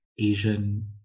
Asian